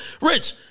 Rich